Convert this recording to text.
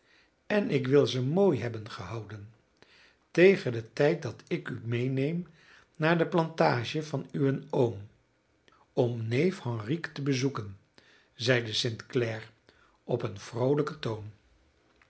en ik wil ze mooi hebben gehouden tegen den tijd dat ik u medeneem naar de plantage van uwen oom om neef henrique te bezoeken zeide st clare op een vroolijken toon